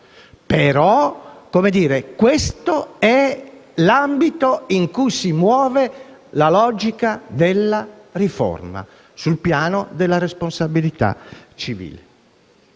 e chi contro, ma questo è l'ambito in cui si muove la logica della riforma sul piano della responsabilità civile.